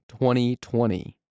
2020